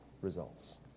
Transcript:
results